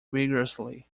rigorously